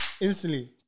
Instantly